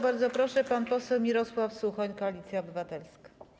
Bardzo proszę, pan poseł Mirosław Suchoń, Koalicja Obywatelska.